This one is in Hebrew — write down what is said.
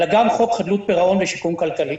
אלא גם חוק חדלות פירעון ושיקום כלכלי.